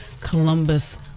Columbus